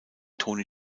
toni